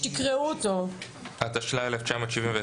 התשל"א-1971,